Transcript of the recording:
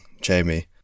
Jamie